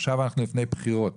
אנחנו לפני חירות